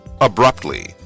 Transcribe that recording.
abruptly